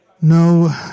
No